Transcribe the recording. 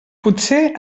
potser